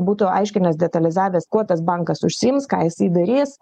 būtų aiškinęs detalizavęs kuo tas bankas užsiims ką jisai darys